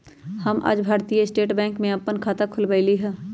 हम आज भारतीय स्टेट बैंक में अप्पन खाता खोलबईली ह